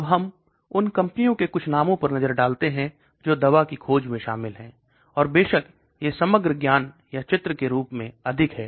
अब हम उन कंपनियों के कुछ नामों पर नज़र डालते हैं जो दवा की खोज में शामिल हैं और बेशक यह समग्र ज्ञान या चित्र के रूप में अधिक है